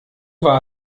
war